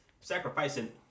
sacrificing